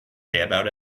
about